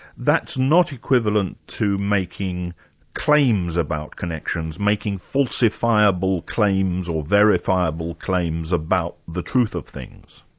that's not equivalent to making claims about connections, making falsifiable claims or verifiable claims about the truth of things?